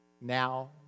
now